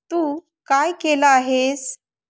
तू काय केलं आहेस